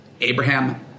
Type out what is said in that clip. Abraham